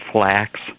flax